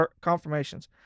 confirmations